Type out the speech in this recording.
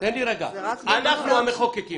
אנחנו המחוקקים